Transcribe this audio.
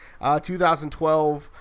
2012